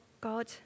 God